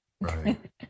Right